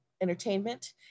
Entertainment